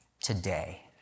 today